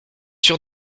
sûre